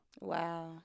wow